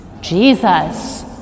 Jesus